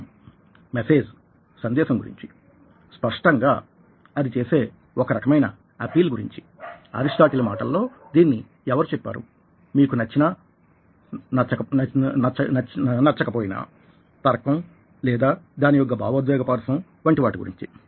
విషయం మెసేజ్ సందేశం గురించి స్పష్టంగా అది చేసే ఒక రకమైన అపీల్ గురించి అరిస్టాటిల్ మాటలలో దీనిని ఎవరు చెప్పారు మీకు నచ్చినా నచ్కక పోయినా తర్కం లేదా దాని యొక్క భావోద్వేగ పార్శ్వం వంటి వాటి గురించి